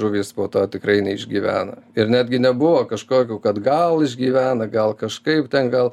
žuvys po to tikrai neišgyvena ir netgi nebuvo kažkokių kad gal išgyvena gal kažkaip ten gal